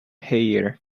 heir